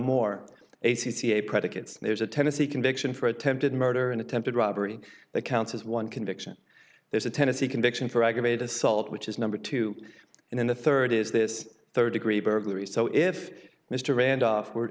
more a c c a predicate there's a tennessee conviction for attempted murder and attempted robbery that counts as one conviction there's a tennessee conviction for aggravated assault which is number two and then the third is this third degree burglary so if mr randolph were